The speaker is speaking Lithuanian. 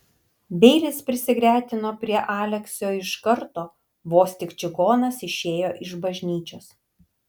beilis prisigretino prie aleksio iš karto vos tik čigonas išėjo iš bažnyčios